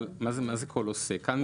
אבל מה זה כל עוסק?